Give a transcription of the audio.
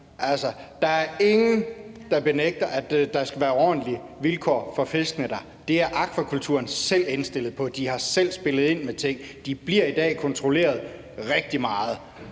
der er ingen, der benægter, at der skal være ordentlige vilkår for fiskene der. Det er akvakulturen selv indstillet på. De har selv spillet ind med ting. De bliver i dag kontrolleret rigtig meget.